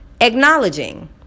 acknowledging